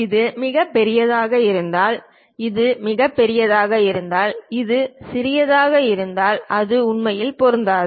இது மிகப் பெரியதாக இருந்தால் இது பெரியதாக இருந்தால் இது சிறியதாக இருந்தால் அது உண்மையில் பொருந்தாது